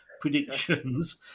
predictions